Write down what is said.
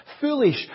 foolish